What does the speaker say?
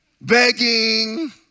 begging